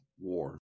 war